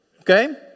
okay